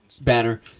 Banner